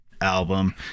album